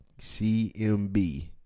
CMB